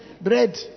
bread